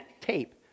tape